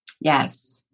Yes